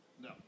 No